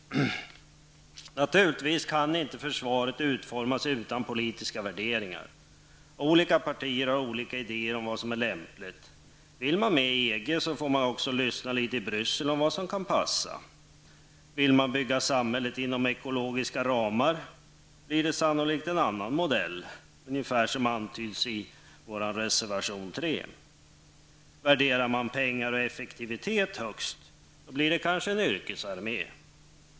Naturligtvis kan försvaret inte utformas om det inte finns några politiska värderingar. Olika partier har olika ideér om vad som är lämpligt. Men vill man vara med i EG, får man också lyssna litet i EG och ta reda på vad som kan passa. Vill man bygga upp samhället inom ekologiska ramar, blir sannolikt en annan modell aktuell -- i likhet med vad som antyds i reservation 3 från oss i miljöpartiet. Värderar man pengar och effektivitet högst, blir det kanske en yrkesarmé.